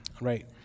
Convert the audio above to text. Right